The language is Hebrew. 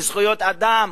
בזכויות אדם,